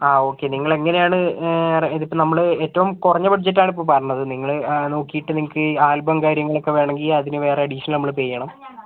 okay നിങ്ങളെങ്ങനെയാണ് ഇതിപ്പോൾ നമ്മൾ ഏറ്റവും കുറഞ്ഞ ബഡ്ജറ്റാണ് ഇപ്പോൾ പറഞ്ഞത് നിങ്ങൾ നോക്കീട്ട് നിങ്ങൾക്ക് ആൽബം കാര്യങ്ങളൊക്കെ വേണമെങ്കിൽ അതിന് വേറെ അഡിഷണൽ പേ ചെയ്യണം